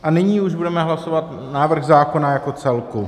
A nyní už budeme hlasovat návrh zákona jako celek.